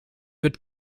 wird